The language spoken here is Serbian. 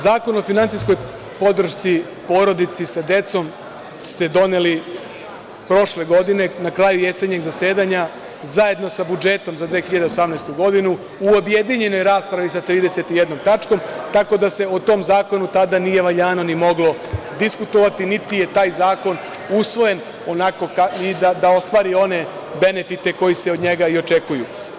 Zakon o finansijskoj podršci porodici sa decom ste doneli prošle godine, na kraju jesenjeg zasedanja, zajedno sa budžetom za 2018. godinu, u objedinjenoj raspravi sa 31 tačkom, tako da se o tom zakonu tada nije valjano ni moglo diskutovati niti je taj zakon usvojen onako da ostvari one benefite koji se od njega i očekuju.